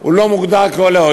הוא לא מוגדר כעולה,